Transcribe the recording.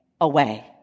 away